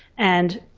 and